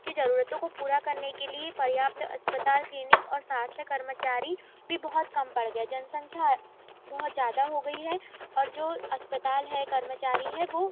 कि जरूरतों को पूरा करने के लिए पर्याप्त अस्पताल क्लिनिक और शासक कर्मचारी भी बहुत कम पड़ गया जनसँख्या बहुत ज़्यादा हो गयी है और जो अस्पताल हैं कर्मचारी हैं वो बहुत